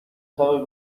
osagai